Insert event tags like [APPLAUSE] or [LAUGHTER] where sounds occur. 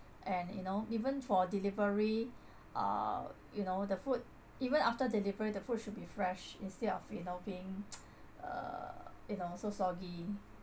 and you know even for delivery uh you know the food even after delivery the food should be fresh instead of you know being [NOISE] uh you know so soggy